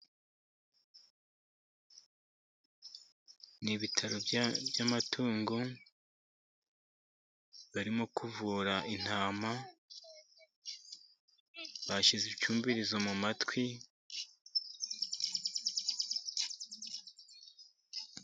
Ni ibitaro by'amatungo barimo kuvura intama. Bashyize icyumvirizo mu matwi.